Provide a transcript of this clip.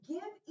Give